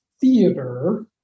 theater